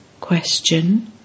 Question